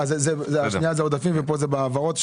אה, השנייה זה עודפים ופה זה בהעברות?